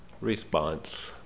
response